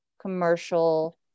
commercial